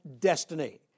destiny